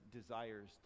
desires